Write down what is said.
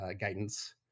guidance